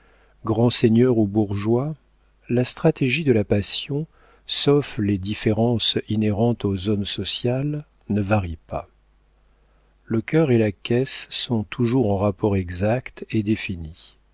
grand seigneur ou bourgeois la stratégie de la passion sauf les différences inhérentes aux zones sociales ne varie pas le cœur et la caisse sont toujours en rapports exacts et définis